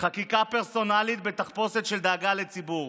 חקיקה פרסונלית בתחפושת של דאגה לציבור,